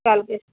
calculate